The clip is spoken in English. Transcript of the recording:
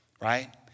Right